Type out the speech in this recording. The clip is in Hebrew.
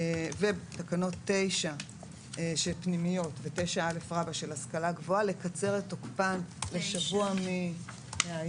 לקצר את תוקפן של 9 לגבי פנימיות ו-9א לגבי ההשכלה הגבוהה לשבוע מהיום,